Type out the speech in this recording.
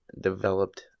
developed